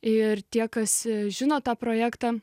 ir tie kas žino tą projektą